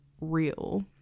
real